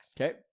Okay